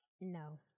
No